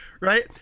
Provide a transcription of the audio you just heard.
right